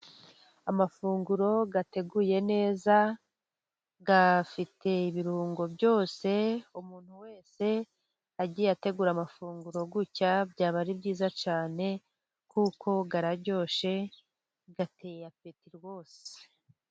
Amafunguro ateguye neza, afite ibirungo byose. Umuntu wese agiye ategura amafunguro gutya, byaba ari byiza cyane kuko aryoshye ateye apeti rwose.